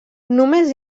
només